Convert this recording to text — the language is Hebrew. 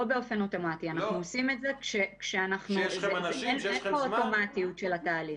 אנחנו עושים את זה --- אין פה אוטומטיות של התהליך.